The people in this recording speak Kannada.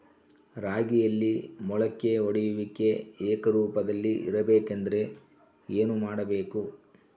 ರಾಗಿಯಲ್ಲಿ ಮೊಳಕೆ ಒಡೆಯುವಿಕೆ ಏಕರೂಪದಲ್ಲಿ ಇರಬೇಕೆಂದರೆ ಏನು ಮಾಡಬೇಕು?